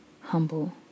humble